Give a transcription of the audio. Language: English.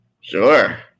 Sure